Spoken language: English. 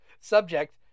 subject